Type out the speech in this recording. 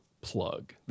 plug